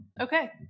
okay